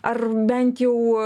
ar bent jau